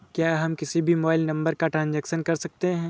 क्या हम किसी भी मोबाइल नंबर का ट्रांजेक्शन कर सकते हैं?